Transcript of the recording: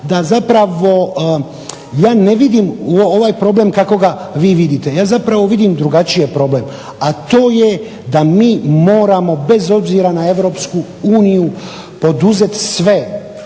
da zapravo ja ne vidim ovaj problem kako ga vi vidite, ja zapravo vidim drugačije problem, a to je da mi moramo bez obzira na Europsku uniju poduzeti sve